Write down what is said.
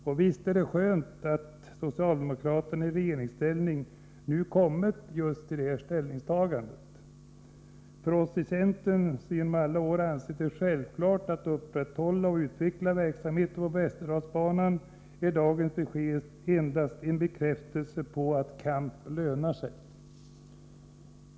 Och visst är det skönt att socialdemokraterna i regeringsställning nu kommit fram till just detta ställningstagande. För oss i centern, som genom alla år ansett det självklart att man skall upprätthålla och utveckla verksamheten på Västerdalsbanan, är dagens besked endast en bekräftelse på att kamp lönar sig.